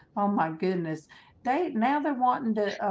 oh my goodness they now they wanting to